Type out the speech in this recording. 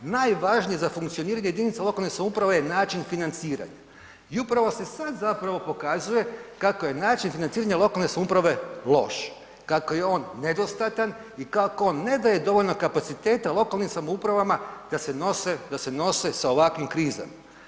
Najvažnije za funkcioniranje jedinica lokalne samouprave je način financiranja i upravo se sad zapravo pokazuje kako je način financiranja lokalne samouprave loš, kako je on nedostatan i kako on ne daje dovoljno kapaciteta lokalnim samoupravama da se nose, da se nose sa ovakvim krizama.